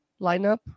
lineup